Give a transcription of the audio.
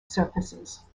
surfaces